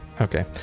okay